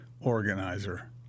organizer